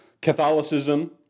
Catholicism